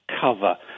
cover